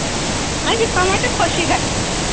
وۄنۍ یہِ خوشی گژھِوٕ